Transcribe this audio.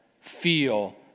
feel